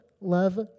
love